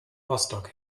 rostock